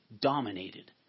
dominated